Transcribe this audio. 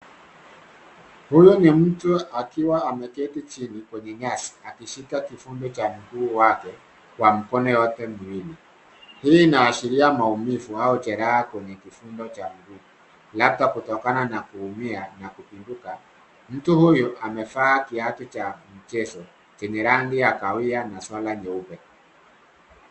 Huyu ni mtu akiwa ameketi chini kwenye nyasi akishika kivundo cha mguu wake kwa mikono yote miwili. Hii inaashiria maumivu au jeraha kwenye kivundo cha mguu labda kutokana na kuumia na kuvunjika. Mtu huyu amevaa kiatu cha mchezo chenye rangi ya kahawia na sola nyeupe.